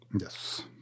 Yes